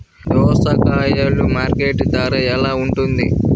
దోసకాయలు మార్కెట్ ధర ఎలా ఉంటుంది?